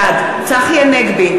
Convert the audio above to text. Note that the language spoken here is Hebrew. בעד צחי הנגבי,